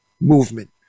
movement